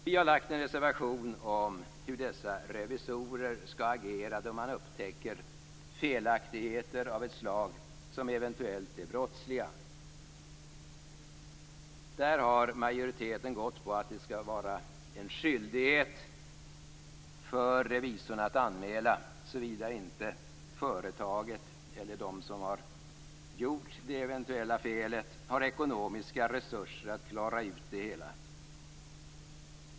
Vi har lagt fram en reservation om hur dessa revisorer skall agera då de upptäcker eventuellt brottsliga felaktigheter. Majoriteten har gått på linjen att revisorn skall ha en skyldighet att anmäla, såvida inte företaget eller de som har begått det eventuella felet har ekonomiska resurser att klara ut det hela.